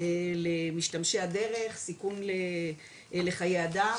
למשתמשי הדרך, סיכון לחיי אדם.